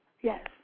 Yes